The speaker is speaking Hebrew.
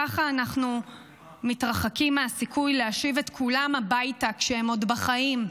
ככה אנחנו מתרחקים מהסיכוי להשיב את כולם הביתה כשהם עוד בחיים.